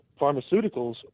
Pharmaceuticals